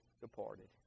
departed